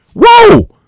Whoa